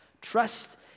Trust